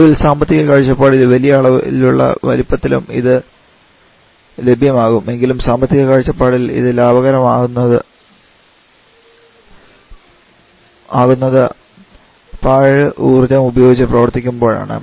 ഒടുവിൽ സാമ്പത്തിക കാഴ്ചപ്പാടിൽ വലിയ അളവിലുള്ള വലിപ്പത്തിലും ഇത് ലഭ്യമാകും എങ്കിലും സാമ്പത്തിക കാഴ്ചപ്പാടിൽ ഇത് ലാഭകരം ആകുന്നത് പാഴ് ഊർജ്ജം ഉപയോഗിച്ചു പ്രവർത്തിക്കുമ്പോഴാണ്